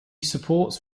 supports